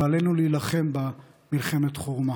ועלינו להילחם בה מלחמת חורמה.